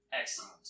Excellent